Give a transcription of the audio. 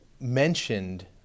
mentioned